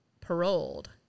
paroled